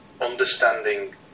understanding